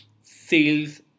sales